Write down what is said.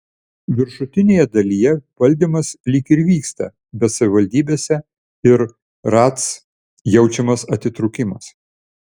viršutinėje dalyje valdymas lyg ir vyksta bet savivaldybėse ir ratc jaučiamas atitrūkimas